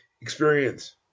experience